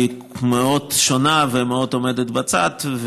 היא מאוד שונה ומאוד עומדת בצד,